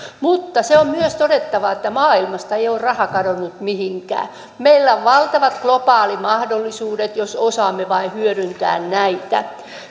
mutta se on myös todettava että maailmasta ei ole raha kadonnut mihinkään meillä on valtavat globaalimahdollisuudet jos osaamme vain hyödyntää näitä